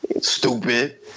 Stupid